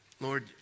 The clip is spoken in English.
Lord